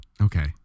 okay